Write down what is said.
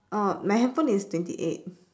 oh my handphone is twenty eight